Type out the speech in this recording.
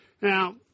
Now